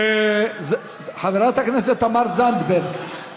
חברת הכנסת תמר זנדברג,